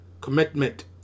commitment